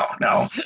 No